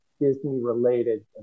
Disney-related